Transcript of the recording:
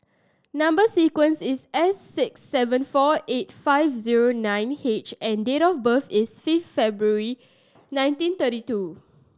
number sequence is S six seven four eight five zero nine H and date of birth is fifth February ninety thirty two